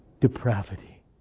depravity